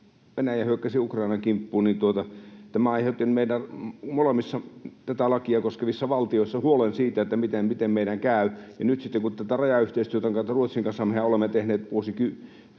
Venäjä hyökkäsi Ukrainan kimppuun, ja tämä aiheutti molemmissa tätä lakia koskevissa valtioissa huolen siitä, miten meidän käy. Mehän olemme tehneet tätä rajayhteistyötä Ruotsin kanssa vuosikymmeniä,